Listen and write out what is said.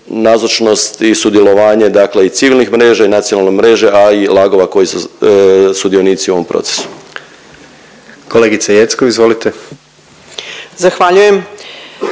nazočnost i sudjelovanje dakle i civilnih mreža i nacionalne mreže, a i LAG-ova koji sudionici u ovom procesu. **Jandroković, Gordan